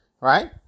right